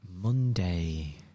Monday